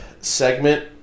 segment